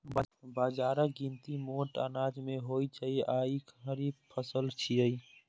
बाजराक गिनती मोट अनाज मे होइ छै आ ई खरीफ फसल छियै